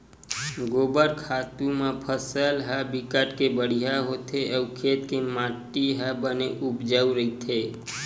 गोबर खातू म फसल ह बिकट के बड़िहा होथे अउ खेत के माटी ह बने उपजउ रहिथे